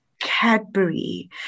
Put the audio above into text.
Cadbury